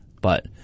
But-